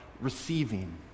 receiving